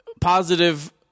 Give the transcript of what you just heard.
positive